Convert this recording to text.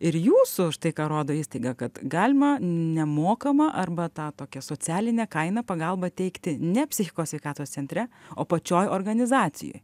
ir jūsų štai ką rodo įstaiga kad galima nemokamą arba tą tokią socialine kaina pagalbą teikti ne psichikos sveikatos centre o pačioj organizacijoj